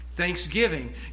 Thanksgiving